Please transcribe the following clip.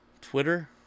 Twitter